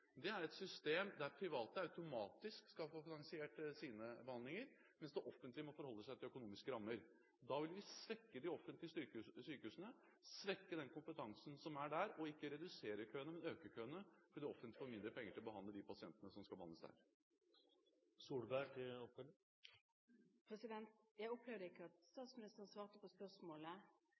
er et system der private automatisk skal få finansiert sine behandlinger, mens det offentlige må forholde seg til økonomiske rammer. Da vil vi svekke de offentlige sykehusene, svekke den kompetansen som er der, og ikke redusere køene, men øke dem fordi det offentlige får mindre penger til å behandle de pasientene som skal behandles der. Jeg opplevde ikke at statsministeren svarte på spørsmålet.